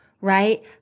right